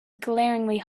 glaringly